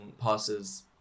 passes